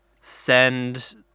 send